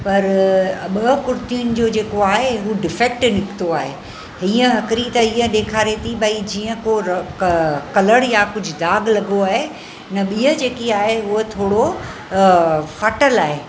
पर ॿ कुर्तियुनि जो जेको आहे उहो डिफेक्टिड निकतो आए हीअं हिकिड़ी त इहा ॾेखारे थी भई जीअं को कलर या कुझु दाग लॻो आए न ॿीअ जेकी आए उअ थोड़ो फाटियलु आहे